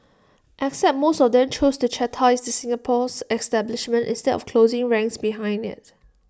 except most of them chose to chastise the Singapore's establishment instead of closing ranks behind IT